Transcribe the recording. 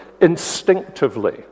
instinctively